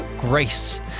grace